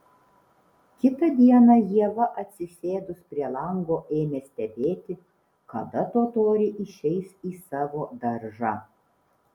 kitą dieną ieva atsisėdus prie lango ėmė stebėti kada totoriai išeis į savo daržą